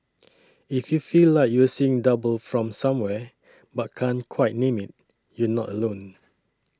if you feel like you're seeing double from somewhere but can't quite name it you're not alone